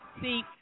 See